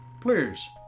please